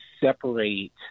separate